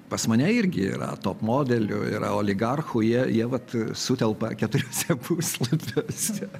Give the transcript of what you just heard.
pas mane irgi yra top modelių yra oligarchų jie jie vat sutelpa keturiuose puslapiuose